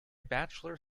bachelor